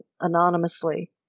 anonymously